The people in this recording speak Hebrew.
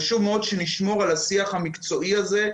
חשוב מאוד שנשמור על השיח המקצועי הזה,